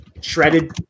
shredded